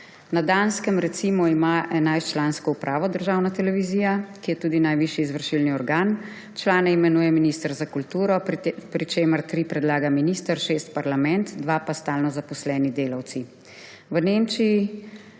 Na Danskem, recimo, ima 11-člansko upravo državna televizija, ki je tudi najvišji izvršilni organ. Člane imenuje minister za kulturo, pri čemer tri predlaga minister, šest parlament, dva pa stalno zaposleni delavci. V Nemčiji